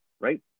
right